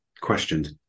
questioned